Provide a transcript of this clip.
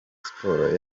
sports